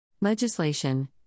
Legislation